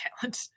talent